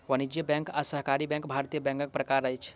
वाणिज्य बैंक आ सहकारी बैंक भारतीय बैंकक प्रकार अछि